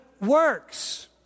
works